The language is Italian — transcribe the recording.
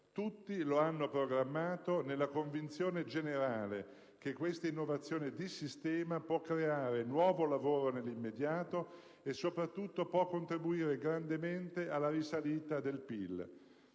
Tutti lo hanno programmato, nella convinzione generale che questa innovazione di sistema può creare nuovo lavoro nell'immediato e, soprattutto, può contribuire grandemente alla risalita del PIL.